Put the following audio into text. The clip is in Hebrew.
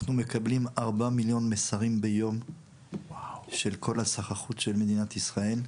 אנחנו מקבלים 4 מיליון מסרים ביום של כל הסחר חוץ של מדינת ישראל.